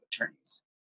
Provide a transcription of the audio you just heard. attorneys